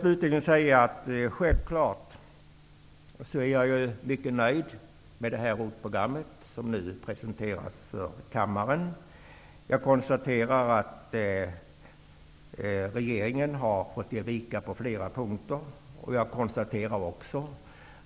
Slutligen vill jag säga att jag självfallet är mycket nöjd med det ROT-program som nu presenteras för kammaren. Jag konstaterar att regeringen på flera punkter gett vika, och jag konstaterar